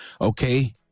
okay